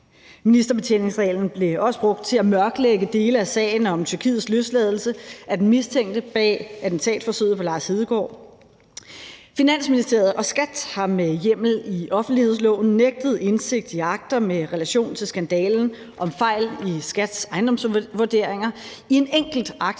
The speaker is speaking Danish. Ministerbetjeningsreglen blev også brugt til at mørklægge dele af sagen om Tyrkiets løsladelse af den mistænkte bag attentatforsøget på Lars Hedegaard. Finansministeriet og Skatteforvaltningen har med hjemmel i offentlighedsloven nægtet indsigt i akter med relation til skandalen om fejl i Skatteforvaltningens ejendomsvurderinger. I en enkelt aktindsigt